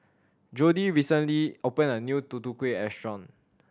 Jodie recently opened a new Tutu Kueh restaurant